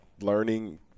learning –